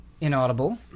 inaudible